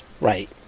Right